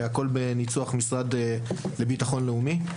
והכול בניצוח המשרד לביטחון לאומי.